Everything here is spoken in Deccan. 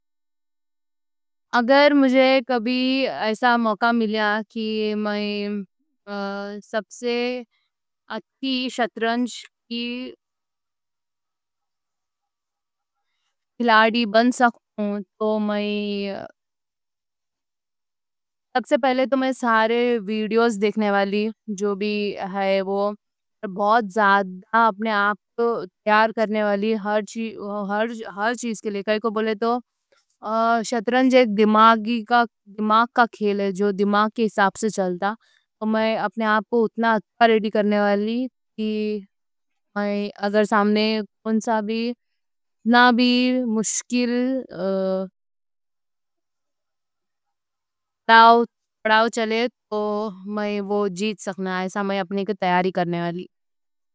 اگر مجھے کبھی ایسا موقع ملیا کہ میں سب سے اچھی شطرنج کی کھلاڑی بن سکوں تو میں سب سے پہلے تو سارے ویڈیوز دیکھنے والی جو بھی ہے، وہ بہت زیادہ اپنے آپ کو تیار کرنے والی ہر چیز کے لئے، کائیں کوں بولے تو شطرنج ایک دماغ کا کھیل ہے جو دماغ کے حساب سے چلتا ہے تو میں اپنے آپ کو اتنا اچھا ریڈی کرنے والی کہ میں اگر سامنے کونسا بھی اتنا بھی مشکل تراؤ چلے تو میں وہ جیت سکنے ایسا میں اپنے کی تیاری کرنے والی